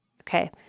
Okay